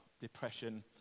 depression